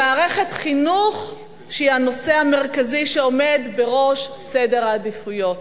למערכת חינוך שהיא הנושא המרכזי שעומד בראש סדר העדיפויות.